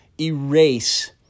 erase